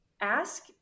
ask